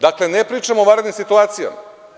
Dakle, ne pričamo o vanrednim situacijama.